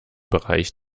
bereich